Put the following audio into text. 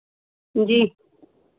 जी